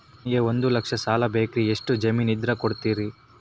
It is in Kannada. ನನಗೆ ಒಂದು ಲಕ್ಷ ಸಾಲ ಬೇಕ್ರಿ ಎಷ್ಟು ಜಮೇನ್ ಇದ್ರ ಕೊಡ್ತೇರಿ?